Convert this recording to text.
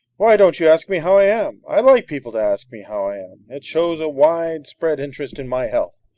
why don't you ask me how i am? i like people to ask me how i am. it shows a wide-spread interest in my health.